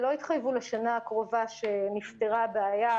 אני מבין שהמספרים שאת אומרת עכשיו שתצטרכו לשנה בין 50 ל-60 מיליון,